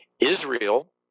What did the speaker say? Israel